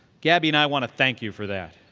gabby and i want to thank you for that